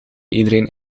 iedereen